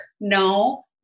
No